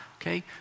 okay